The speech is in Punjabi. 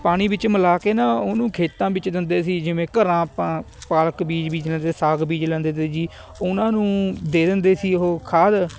ਪਾਣੀ ਵਿੱਚ ਮਿਲਾ ਕੇ ਨਾ ਉਹਨੂੰ ਖੇਤਾਂ ਵਿੱਚ ਦਿੰਦੇ ਸੀ ਜਿਵੇਂ ਘਰਾਂ ਆਪਾਂ ਪਾਲਕ ਬੀਜ ਬੀਜ ਲੈਂਦੇ ਸਾਗ ਬੀਜ ਲੈਂਦੇ ਅਤੇ ਜੀ ਉਹਨਾਂ ਨੂੰ ਦੇ ਦਿੰਦੇ ਸੀ ਉਹ ਖਾਦ